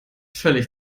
völlig